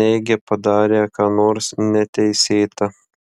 neigia padarę ką nors neteisėta